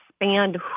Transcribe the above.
expand